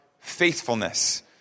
Faithfulness